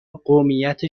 قومیت